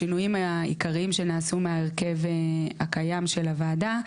השינויים העיקריים שנעשו מההרכב הקיים של הוועדה,